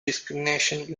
discrimination